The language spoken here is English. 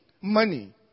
money